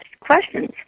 questions